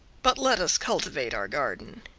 but let us cultivate our garden.